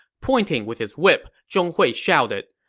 pointing with his whip, zhong hui shouted,